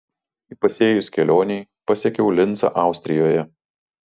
įpusėjus kelionei pasiekiau lincą austrijoje